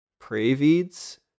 Pravids